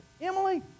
Emily